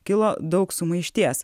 kilo daug sumaišties